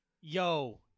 Yo